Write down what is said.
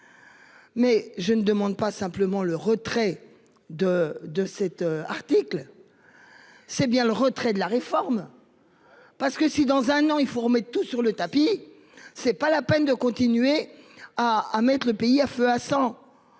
Mais je ne demande pas simplement le retrait de de cet article. C'est bien le retrait de la réforme. Parce que si dans un an, il faut remettre tout sur le tapis. C'est pas la peine de continuer à mettre le pays à feu à 100.